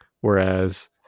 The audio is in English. whereas